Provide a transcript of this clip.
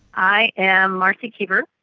i am marcie keever,